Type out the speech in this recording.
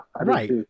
right